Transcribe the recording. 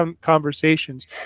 conversations